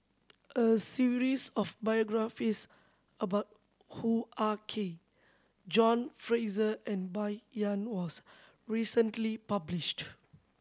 a series of biographies about Hoo Ah Kay John Fraser and Bai Yan was recently published